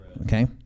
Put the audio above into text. okay